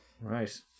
Right